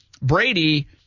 Brady